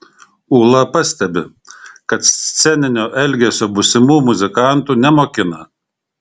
ūla pastebi kad sceninio elgesio būsimų muzikantų nemokina